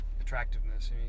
attractiveness